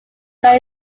that